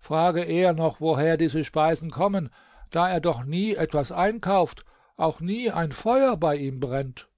frage eher noch woher diese speisen kommen da er doch nie etwas einkauft auch nie ein feuer bei ihm brennt